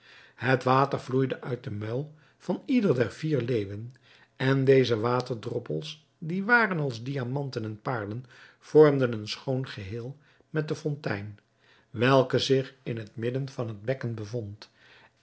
het water vloeide uit den muil van ieder der vier leeuwen en deze waterdroppels die waren als diamanten en paarlen vormden een schoon geheel met de fontein welke zich in het midden van het bekken bevond